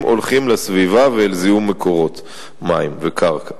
הולכים לסביבה ואל זיהום מקורות מים וקרקע.